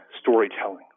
storytelling